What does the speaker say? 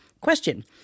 Question